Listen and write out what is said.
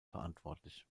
verantwortlich